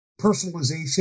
personalization